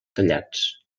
tallats